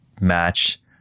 match